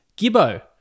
Gibbo